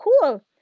cool